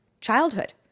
Childhood